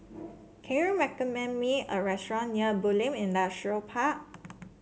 can you recommend me a restaurant near Bulim Industrial Park